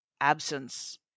absence